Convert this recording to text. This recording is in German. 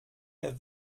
der